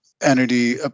entity